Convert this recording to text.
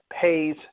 pays